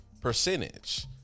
percentage